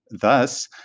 Thus